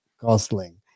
Gosling